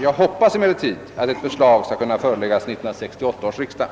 Jag hoppas emellertid att ett förslag skall kunna föreläggas 1968 års riksdag.